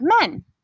men